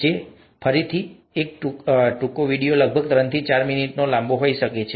આ ફરીથી એક ટૂંકો વિડિયો છે જે લગભગ ત્રણથી મિનિટ લાંબો હોઈ શકે છે